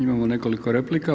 Imamo nekoliko replika.